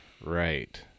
Right